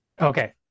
Okay